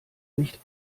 nicht